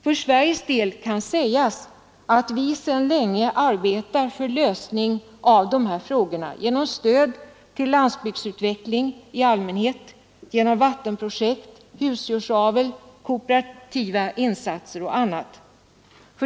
För Sveriges del kan sägas att vi sedan länge arbetar på en lösning av dessa frågor, genom stöd till landsbygdsutveckling i allmänhet, genom vattenprojekt, husdjursavel, kooperativa insatser och annat.